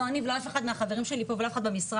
לא אני ולא אף אחד מהחברים שלי פה ולא אף אחד במשרד,